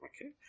Okay